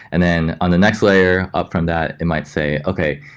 and then on the next layer up from that it might say, okay,